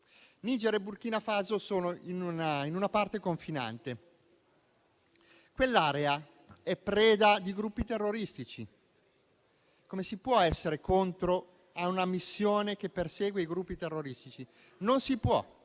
Niger e Burkina Faso sono in parte confinanti: quell'area è preda di gruppi terroristici. Come si può essere contro una missione che persegue i gruppi terroristici? Non si può,